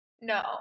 No